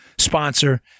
Sponsor